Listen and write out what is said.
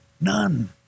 None